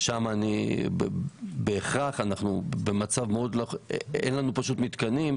מאחר ואין לנו מתקנים,